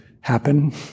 happen